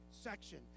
section